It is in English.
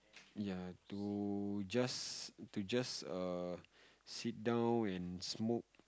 ya to just to just err sit down and smoke